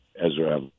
Ezra